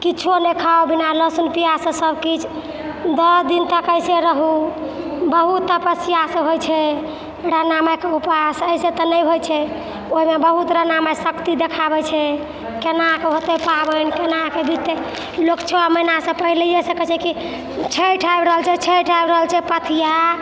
किछुओ नहि खाउ बिना लहसुन पिआजसँ सबकिछु दस दिन तक अइसे रहू बहुत तपस्यासँ होइ छै राणा माइके उपास अइसे तऽ नहि होइ छै ओहिमे बहुत राणा माइ शक्ति देखाबै छै कोनाकऽ होतै पाबनि कोनाकऽ बिततै लोक छओ महीनासँ पहिलैएसँ कहै छै कि छैठ आबि रहल छै छैठ आबि रहल छै पथिआ